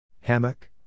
Hammock